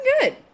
good